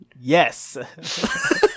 Yes